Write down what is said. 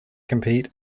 compete